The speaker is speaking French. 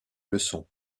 leçon